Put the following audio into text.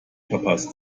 verpasst